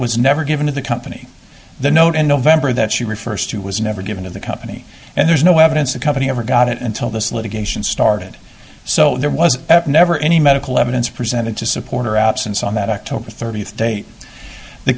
was never given to the company the note in november that she refers to was never given to the company and there's no evidence the company ever got it until this litigation started so there was never any medical evidence presented to support her absence on that october thirtieth date the